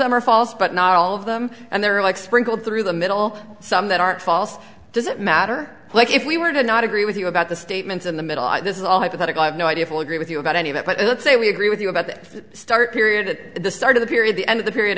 them are false but not all of them and there are like sprinkled through the middle some that are false does it matter if we were to not agree with you about the statements in the middle this is all hypothetical i have no idea if will agree with you about any of it but let's say we agree with you about the start period at the start of the period the end of the period